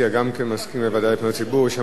יש שם יושב-ראש מאוד דינמי ומאוד פעיל,